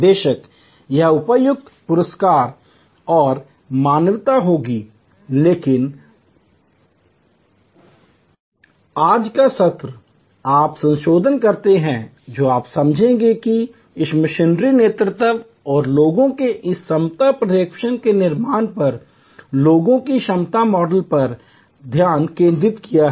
बेशक यह उपयुक्त पुरस्कार और मान्यताएं होंगी लेकिन आज का सत्र यदि आप संशोधित करते हैं तो आप समझेंगे कि इस मिशनरी नेतृत्व और लोगों के लिए इस क्षमता प्रक्षेपवक्र के निर्माण पर लोगों की क्षमता मॉडल पर ध्यान केंद्रित किया गया है